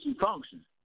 function